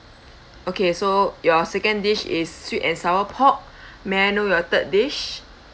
okay so your second dish is sweet and sour pork may I know your third dish